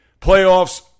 playoffs